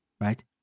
Right